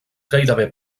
gairebé